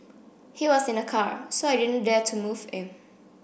he was in a car so I didn't dare to move him